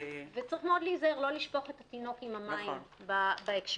וצריך מאוד להיזהר לא לשפוך את התינוק עם המים בהקשר הזה.